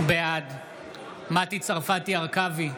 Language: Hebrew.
בעד מטי צרפתי הרכבי,